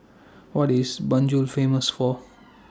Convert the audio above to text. What IS Banjul Famous For